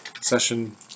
Session